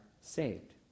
saved